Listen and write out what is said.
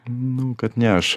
nu kad ne aš